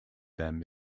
them